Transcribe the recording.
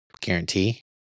guarantee